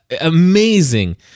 amazing